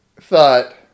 thought